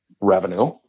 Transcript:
revenue